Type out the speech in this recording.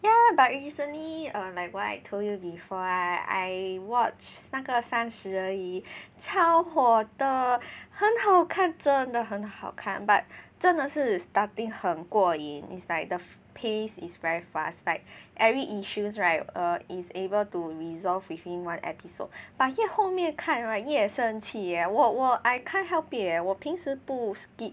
ya lah but recently err like what I told you before I I watch 那个三十而慄超火的很好看真的很好看 but 真的是 starting 很过瘾 it's like the pace is very fast like every issues right err is able to resolve within one episode but 越后面看 right 也生气 eh 我我 I can't help it eh 我平时不 skip